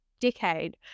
decade